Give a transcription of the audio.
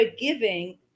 giving